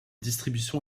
distribution